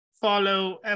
follow